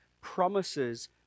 promises